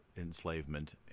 Enslavement